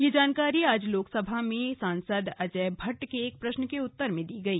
यह जानकारी आज लोकसभा में सांसद अजय भट्ट के एक प्रश्न के उत्तर में दी गई